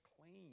clean